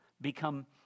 become